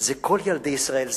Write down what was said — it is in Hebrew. זה כל ילדי ישראל,